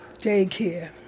daycare